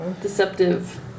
Deceptive